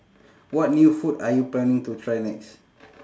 what new food are you planning to try next